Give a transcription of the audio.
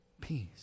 peace